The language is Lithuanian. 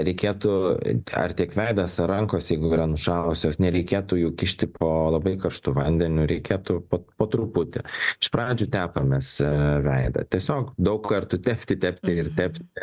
reikėtų ar tiek veidas ar rankos jeigu yra nušalusios nereikėtų jų kišti po labai karštu vandeniu reikėtų po truputį iš pradžių tepamės veidą tiesiog daug kartų tepti tepti ir tepti